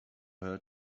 her